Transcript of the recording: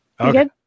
Okay